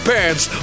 Pants